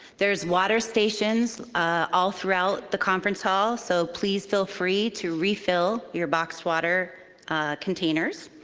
there's water stations all throughout the conference halls, so please feel free to refill your boxed water containers.